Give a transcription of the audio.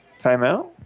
timeout